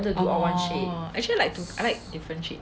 oh actually like to~ I like different shades